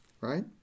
right